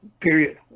period